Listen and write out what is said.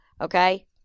Okay